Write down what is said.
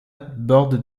borde